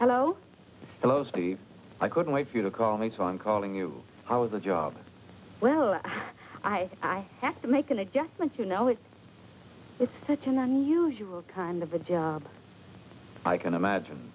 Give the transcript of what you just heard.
hello hello steve i couldn't wait for you to call me so i'm calling you i was a job well i have to make an adjustment to know if such an unusual kind of a job i can imagine